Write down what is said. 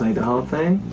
the whole thing.